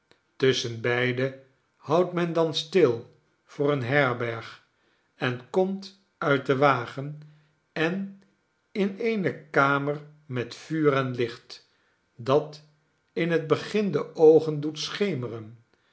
tusschenbeide houdt men dan stil voor eene herberg en komt uit den wagen en in eene kamer met vuur en licht dat in het begin de oogen doet schemeren